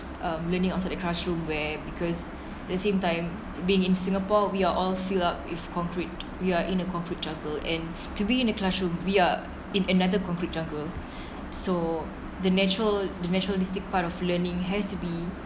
um learning outside the classroom where because the same time being in singapore we are all fill up with concrete we are in a concrete jungle and to be in the classroom we are in another concrete jungle so the natural the naturalistic part of learning has to be